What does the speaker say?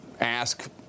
ask